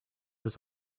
was